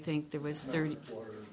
think there was thirty four